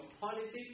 politics